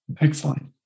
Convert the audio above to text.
Excellent